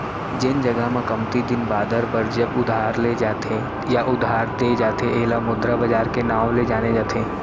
जेन जघा म कमती दिन बादर बर जब उधार ले जाथे या उधार देय जाथे ऐला मुद्रा बजार के नांव ले जाने जाथे